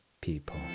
people